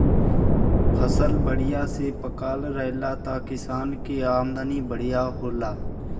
फसल बढ़िया से पाकल रहेला त किसान के आमदनी बढ़िया होला